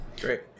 Great